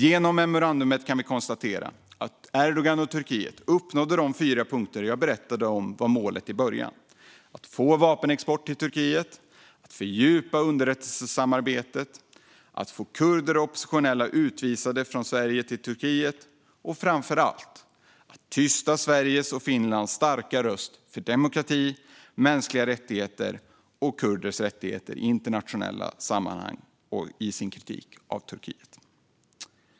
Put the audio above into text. Genom memorandumet kan vi konstatera att Erdogan och Turkiet uppnådde de fyra punkter som jag berättade var målet i början, nämligen att få vapenexport till Turkiet, att fördjupa underrättelsesamarbetet, att få kurder och oppositionella utvisade från Sverige till Turkiet och framför allt att tysta Sveriges och Finlands starka röst för demokrati, mänskliga rättigheter och kurders rättigheter i internationella sammanhang och i sin kritik av Turkiet.